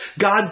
God